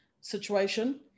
situation